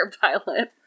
pilot